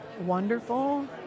wonderful